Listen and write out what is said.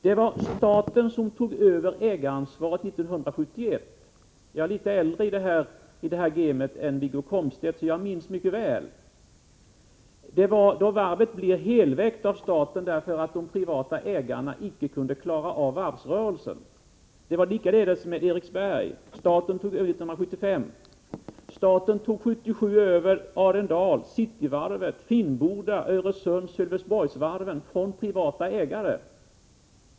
Det var staten som tog över ägaransvaret för Uddevallavarvet 1971 — jag är litet äldre i det här gamet än Wiggo Komstedt, så jag minns detta mycket väl. Varvet blev då helägt av staten därför att de privata ägarna icke kunde klara av varvsrörelsen. Det var likadant med Eriksberg: staten tog över 1975. År 1977 tog staten över Arendal, Cityvarvet, Finnboda, Öresundsoch Sölvesborgsvarven från privata ägare.